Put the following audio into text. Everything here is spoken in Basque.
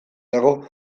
dago